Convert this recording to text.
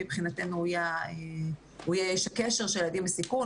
מבחינתנו הוא יהיה איש הקשר של הילדים בסיכון,